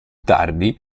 tardi